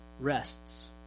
rests